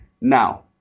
now